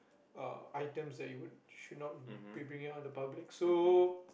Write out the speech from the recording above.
uh items that you would should not be bringing out in the public so